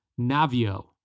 Navio